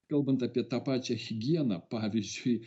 kalbant apie tą pačią higieną pavyzdžiui